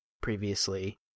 previously